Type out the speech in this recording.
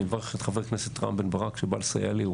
אני מברך את חבר הכנסת רם בן ברק שבא לסייע לי.